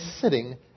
sitting